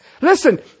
Listen